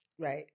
Right